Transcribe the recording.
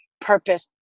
purpose